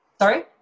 Sorry